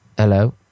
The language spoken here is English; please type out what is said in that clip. Hello